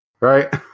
right